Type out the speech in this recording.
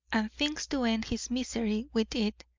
and thinks to end his misery with it,